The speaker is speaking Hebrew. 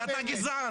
אתה גזען.